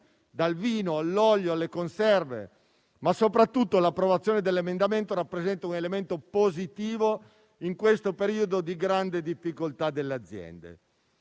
(dal vino, all'olio, alle conserve). L'approvazione dell'emendamento rappresenta un elemento positivo in questo periodo di grande difficoltà per le aziende.